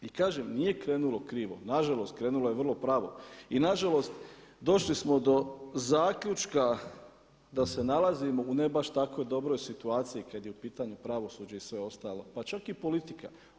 I kažem nije krenulo krivo, nažalost krenulo je vrlo pravo i nažalost došli smo do zaključka da se nalazimo u ne baš tako dobroj situaciju kad je u pitanju pravosuđe i sve ostalo, pa čak i politika.